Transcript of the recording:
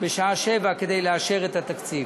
בשעה 19:00 כדי לאשר את התקציב.